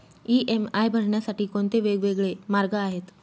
EMI भरण्यासाठी कोणते वेगवेगळे मार्ग आहेत?